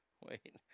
Wait